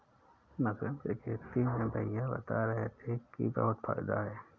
mushroom की खेती में भैया बता रहे थे कि बहुत फायदा है